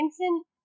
Vincent